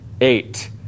Eight